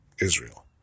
Israel